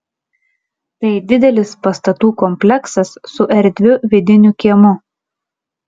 tai didelis pastatų kompleksas su erdviu vidiniu kiemu